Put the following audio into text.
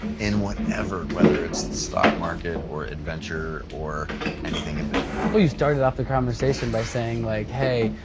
in whatever, whether it's the stock market, or adventure or anything in between. well you started off the conversation by saying, like hey,